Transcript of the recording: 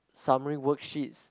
summary worksheets